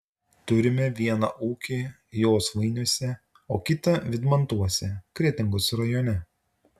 turime vieną ūkį josvainiuose o kitą vydmantuose kretingos rajone